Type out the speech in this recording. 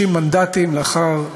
30 מנדטים לאחר יותר